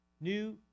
New